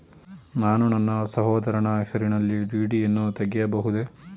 ನಾನು ನನ್ನ ಸಹೋದರನ ಹೆಸರಿನಲ್ಲಿ ಡಿ.ಡಿ ಯನ್ನು ತೆಗೆಯಬಹುದೇ?